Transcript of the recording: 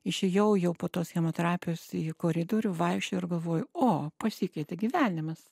išėjau jau po tos chemoterapijos į koridorių vaikščioju ir galvoju o pasikeitė gyvenimas